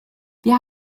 wir